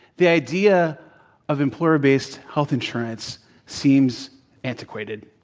the idea of employer-based health insurance seems antiquated,